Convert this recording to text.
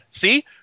See